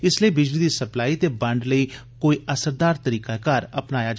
इस लेई बिजली दी सप्लाई ते बंड लेई कोई असरदार तरीका ए कार अपनाया जा